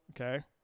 Okay